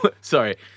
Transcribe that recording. Sorry